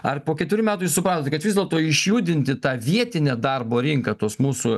ar po ketverių metų jūs supratot kad vis dėlto išjudinti tą vietinę darbo rinką tuos mūsų